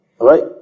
right